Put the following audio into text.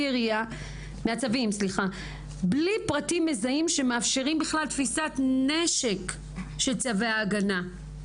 ירייה בלי פרטים מזהים שמאפשרים בכלל תפיסת נשק של צווי ההגנה.